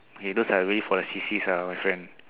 okay those are really for the sissies ah my friend